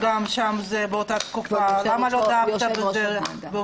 ננעלה בשעה 12:07.